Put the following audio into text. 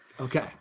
Okay